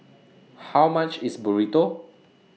How much IS Burrito